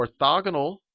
orthogonal